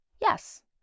Yes